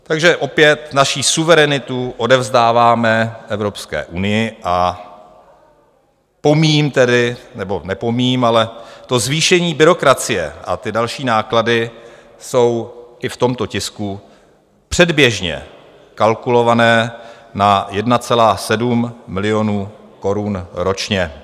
Takže opět naši suverenitu odevzdáváme Evropské unii a pomíjím tedy nebo nepomíjím, ale to zvýšení byrokracie a ty další náklady jsou i v tomto tisku předběžně kalkulované na 1,7 milionu korun ročně.